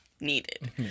needed